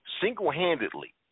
Single-handedly